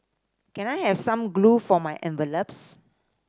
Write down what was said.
can I have some glue for my envelopes